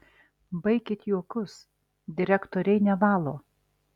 baikit juokus direktoriai nevalo